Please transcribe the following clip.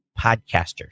podcasters